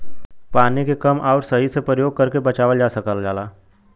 पानी के कम आउर सही से परयोग करके बचावल जा सकल जाला